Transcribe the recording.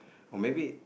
or maybe